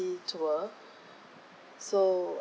city tour so